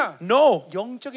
No